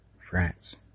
France